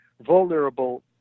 vulnerable